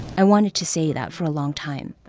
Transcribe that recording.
i wanted to say that for a long time